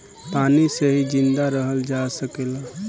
पानी से ही जिंदा रहल जा सकेला